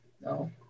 No